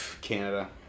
Canada